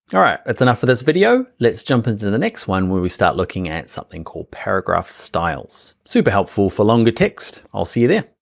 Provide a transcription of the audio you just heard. yeah all right, it's enough for this video, let's jump into and the next one where we start looking at something called paragraph styles, super helpful for longer text, i'll see you there.